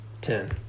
ten